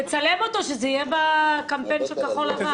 צלם אותו, כדי שזה יהיה בקמפיין של כחול לבן.